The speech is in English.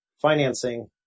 financing